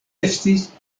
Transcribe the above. estis